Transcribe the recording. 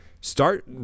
Start